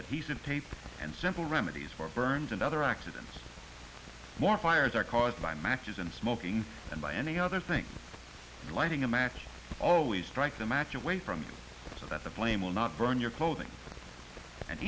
that he's in tape and simple remedies for burns and other accidents more fires are caused by matches and smoking and by any other thing lighting a match always strike the match away from them so that the flame will not burn your clothing and